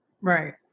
Right